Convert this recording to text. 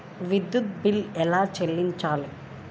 విద్యుత్ బిల్ ఎలా చెల్లించాలి?